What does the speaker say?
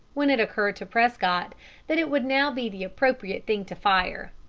when it occurred to prescott that it would now be the appropriate thing to fire.